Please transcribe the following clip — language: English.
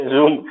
Zoom